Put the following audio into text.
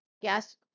yes